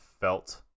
felt